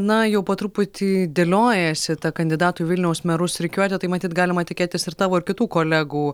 na jau po truputį dėliojasi kandidatų į vilniaus merus rikiuotę tai matyt galima tikėtis ir tavo ar kitų kolegų